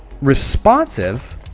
responsive